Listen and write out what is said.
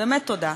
באמת תודה.